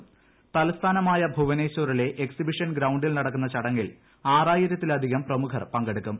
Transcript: സംസ്ഥാന തലസ്ഥാനമായ ഭുവനേശ്വറിലെ എക്സിബിഷൻ ഗ്രൌണ്ടിൽ നടക്കുന്ന ചടങ്ങിൽ ആറായിരത്തിലധികം പ്രമുഖർ പങ്കെടുക്കും